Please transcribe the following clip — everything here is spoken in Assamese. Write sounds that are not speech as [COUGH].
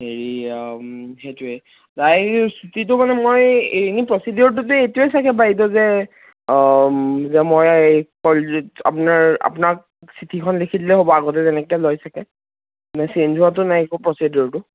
হেৰি সেইটোৱে তাইৰ চুটিটো মানে মই এনে প্ৰচিডিউৰটোতো এইটোৱে চাগে বাইদেউ যে যে মই [UNINTELLIGIBLE] আপোনাৰ আপোনাক চিঠিখন লিখি দিলেই হ'ব আগতে যেনেকৈ লৈ চাগে নে চেঞ্জ হোৱাতো নাই একো প্ৰচিডিউৰটো